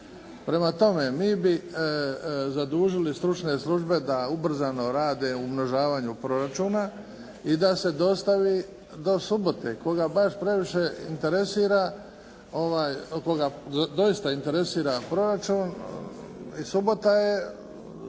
Prema tome, mi bi zadužili stručne službe da ubrzano rade u umnožavanju proračuna i da se dostavi do subote. Koga baš previše interesira, koga doista interesira proračun i subota